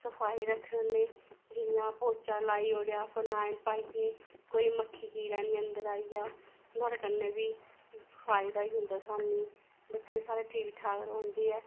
सफाई रक्खने होन्ने जियां पौचा लाई ओड़ेआ फनाइल पाइयै कोई मक्खी कीड़ा निं अंदर आई जा नुआढ़े कन्नै बी फायदा होई जंदा सानूं बच्चे साढ़े ठीक ठाक रौंह्दे ऐ